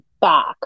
back